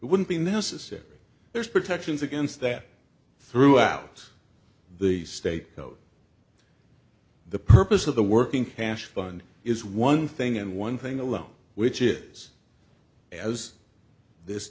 it wouldn't be necessary there's protections against that throughout the state the purpose of the working cash fund is one thing and one thing alone which is as this